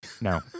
No